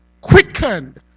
Quickened